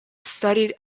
studied